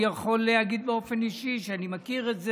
אני יכול להגיד באופן אישי שאני מכיר את זה,